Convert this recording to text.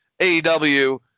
AEW